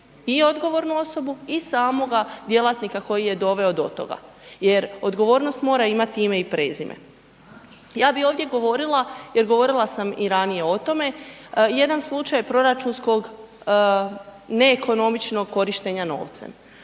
i odgovornu osobu i samoga djelatnika koji je doveo do toga jer odgovornost mora imati ime i prezime. Ja bi ovdje govorila jer govorila sam i ranije o tome, jedan slučaj proračunskog neekonomičnog korištenja novca.